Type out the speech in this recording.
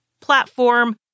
platform